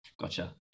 gotcha